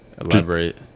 Elaborate